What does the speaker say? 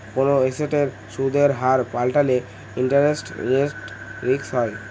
কোনো এসেটের সুদের হার পাল্টালে ইন্টারেস্ট রেট রিস্ক হয়